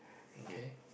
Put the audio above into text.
okay